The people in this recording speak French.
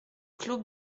clos